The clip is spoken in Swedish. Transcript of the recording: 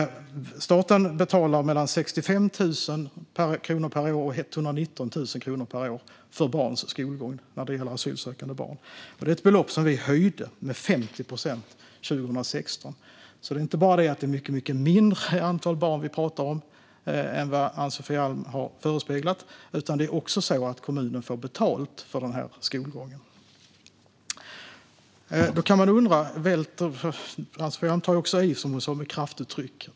Staten betalar mellan 65 000 kronor och 119 000 kronor per år för asylsökande barns skolgång. Det är ett belopp som vi höjde med 50 procent 2016. Det är alltså inte bara det att vi pratar om ett mycket mindre antal barn än vad Ann-Sofie Alm har förespeglat, utan det är också så att kommunen får betalt för deras skolgång. Ann-Sofie Alm tar också i, som hon sa, med kraftuttryck.